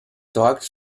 thorax